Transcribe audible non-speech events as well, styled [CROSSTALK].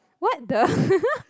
what the [LAUGHS]